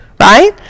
right